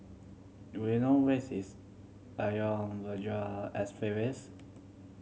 do you know where is is Ayer Rajah Expressways